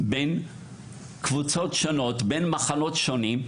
בין קבוצות שונות ובין מחנות שונים,